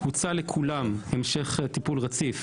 הוצע לכולם המשך טיפול רציף